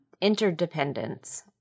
interdependence